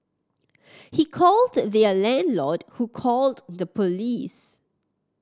he called their landlord who called the police